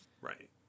Right